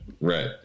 Right